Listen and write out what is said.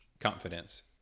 confidence